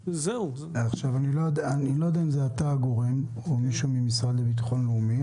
אני לא יודע אם אתה הגורם או מישהו מהמשרד לביטחון לאומי,